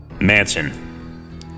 Manson